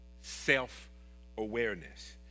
Self-awareness